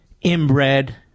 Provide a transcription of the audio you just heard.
inbred